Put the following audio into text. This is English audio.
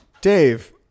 Dave